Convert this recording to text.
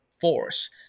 force